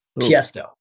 Tiesto